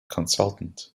consultant